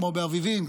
כמו באביבים,